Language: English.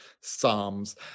psalms